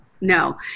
no